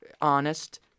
honest